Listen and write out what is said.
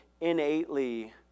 innately